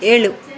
ಏಳು